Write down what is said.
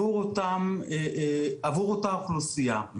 המקומית ובעבור אותה האוכלוסייה.